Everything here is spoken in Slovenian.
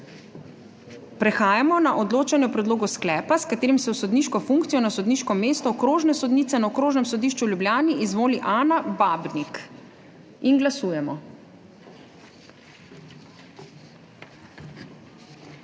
Prehajamo na odločanje o predlogu sklepa, s katerim se v sodniško funkcijo na sodniško mesto okrožne sodnice na Okrožnem sodišču v Ljubljani izvoli Ana Babnik. Glasujemo.